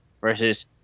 versus